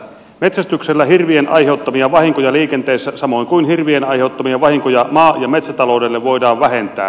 metsästyksellä hirvien aiheuttamia vahinkoja liikenteessä samoin kuin hirvien aiheuttamia vahinkoja maa ja metsätaloudelle voidaan vähentää